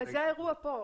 זה האירוע כאן.